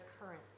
currency